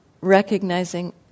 recognizing